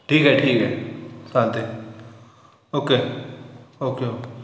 ठीक आहे ठीक आहे चालतं आहे ओके ओके ओके